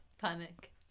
Panic